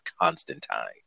Constantine